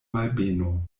malbeno